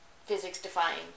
physics-defying